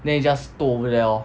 then he just toh over there lor